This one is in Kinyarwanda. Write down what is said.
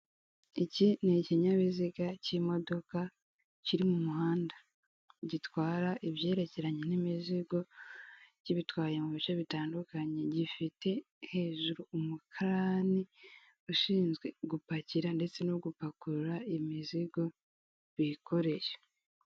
Iki ni ikinyabiziga cy'imodoka kiri mu muhanda, gitwara ibyerekeranye n'imizigo kibitwaye mu bice bitandukanye, gifite hejuru umukarani ushinzwe gupakira ndetse no gupakurura imizigo bikoreye.